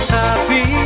happy